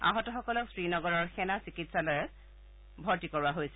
আহতসকলক শ্ৰীনগৰৰ সেনা চিকিৎসালয়ত ভৰ্তি কৰোৱা হৈছে